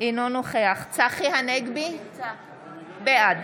אינו נוכח צחי הנגבי, בעד